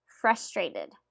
frustrated